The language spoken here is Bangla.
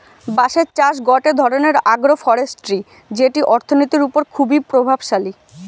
বাঁশের চাষ গটে ধরণের আগ্রোফরেষ্ট্রী যেটি অর্থনীতির ওপর খুবই প্রভাবশালী